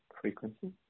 frequency